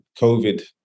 COVID